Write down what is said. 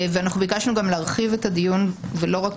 ואנחנו ביקשנו גם להרחיב את הדיון ולא רק